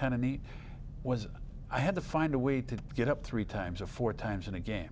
kind of neat was i had to find a way to get up three times or four times in a game